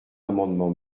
amendement